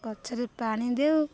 ଗଛରେ ପାଣି ଦିଅଉ